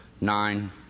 Nine